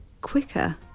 quicker